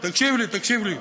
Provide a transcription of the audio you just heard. תקשיב לי, תקשיב לי.